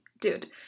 dude